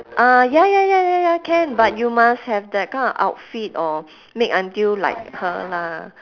ah ya ya ya ya ya can but you must have that kind of outfit or make until like her lah